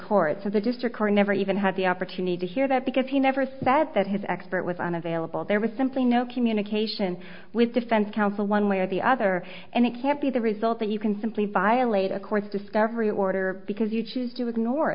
court so the district court never even had the opportunity to hear that because he never said that his expert was unavailable there was simply no communication with defense counsel one way or the other and it can't be the result that you can simply violate of course discovery order because you choose to ignore